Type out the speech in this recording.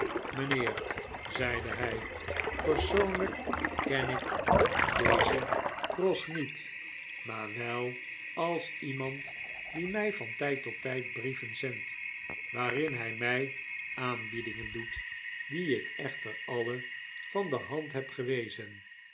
mijnheer zeide hy persoonlyk ken ik dezen cross niet maar wel als iemand die mij van tijd tot tijd brieven zendt waarin hij my aanbiedingen doet die ik echter alle van de hand heb gewezen